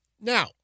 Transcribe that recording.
Now